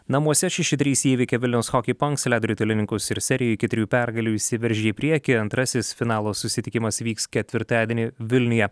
namuose šeši trys įveikė vilniaus hockey punks ledo ritulininkus ir serijoje iki trijų pergalių išsiveržė į priekį antrasis finalo susitikimas vyks ketvirtadienį vilniuje